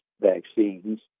vaccines